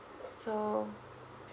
so